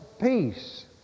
peace